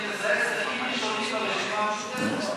שאני מזהה סדקים ראשונים ברשימה המשותפת.